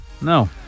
No